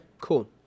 cool